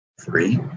three